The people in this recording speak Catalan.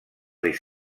risc